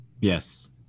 yes